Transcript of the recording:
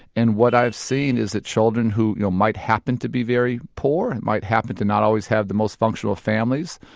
and what i've seen is that children who you know might happen to be very poor, and might happen to not always have the most functional families,